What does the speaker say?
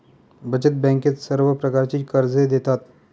बचत बँकेत सर्व प्रकारची कर्जे देतात